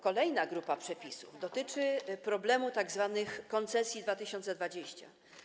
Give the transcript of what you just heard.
Kolejna grupa przepisów dotyczy problemu tzw. koncesji 2020.